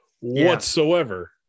whatsoever